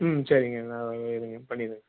ம் சரிங்க இருங்க பண்ணித்தரேன்